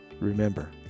remember